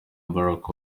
barack